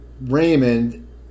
Raymond